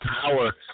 power